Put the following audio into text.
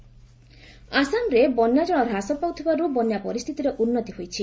ଆସାମ ଫୁଡ ଆସାମରେ ବନ୍ୟାଜଳ ହ୍ରାସ ପାଉଥିବାରୁ ବନ୍ୟା ପରିସ୍ଥିତିରେ ଉନ୍ନତି ହୋଇଛି